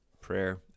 prayer